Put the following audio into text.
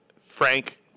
Frank